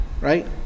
right